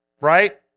right